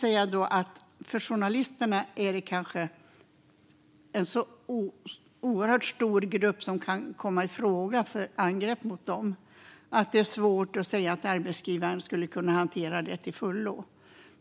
När det gäller journalister är det kanske en så oerhört stor grupp som kan komma i fråga för angrepp att det är svårt att säga att arbetsgivaren skulle kunna hantera det till fullo.